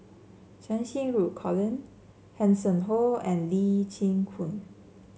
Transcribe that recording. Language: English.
Cheng Xinru Colin Hanson Ho and Lee Chin Koon